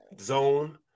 zone